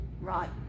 Right